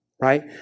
right